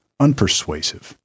unpersuasive